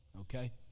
okay